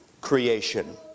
creation